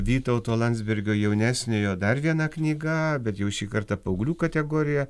vytauto landsbergio jaunesniojo dar viena knyga bet jau šį kartą paauglių kategorijoje